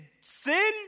sin